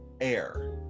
air